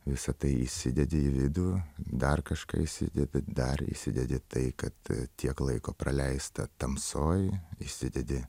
visa tai įsidedi į vidų dar kažką įsidedi dar įsidedi tai kad tiek laiko praleista tamsoj įsidedi